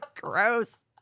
gross